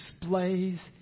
displays